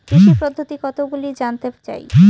কৃষি পদ্ধতি কতগুলি জানতে চাই?